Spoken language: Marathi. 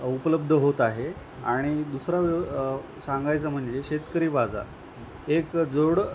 उपलब्ध होत आहे आणि दुसरा व्यव सांगायचं म्हणजे शेतकरी बाजार एक जोड